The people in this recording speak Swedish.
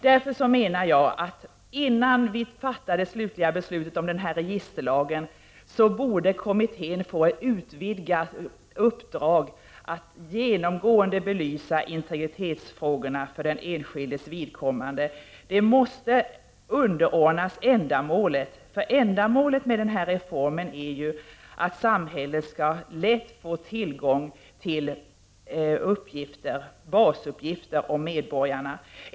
Därför menar jag att kommittén innan vi fattar det slutliga beslutet om registerlagen borde få ett utvidgat uppdrag att genomgående belysa integritetsfrågorna för den enskildes vidkommande. Detta måste underordnas ändamålet, eftersom ändamålet med denna reform är att samhället lätt skall få tillgång till basuppgifter om medborgarna.